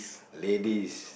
ladies